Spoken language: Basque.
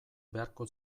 beharko